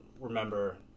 remember